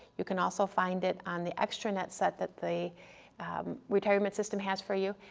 you can also find it on the extranet site that the retirement system has for you,